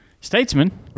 statesman